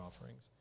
offerings